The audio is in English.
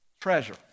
treasure